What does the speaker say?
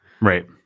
Right